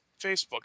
Facebook